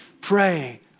Pray